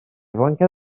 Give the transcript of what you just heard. flanced